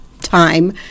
time